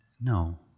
No